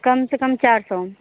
कम से कम चार सौ